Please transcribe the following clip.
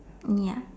ya